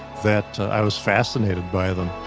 that i was fascinated by them